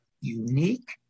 unique